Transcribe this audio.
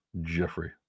Jeffrey